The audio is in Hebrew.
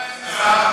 יש שר?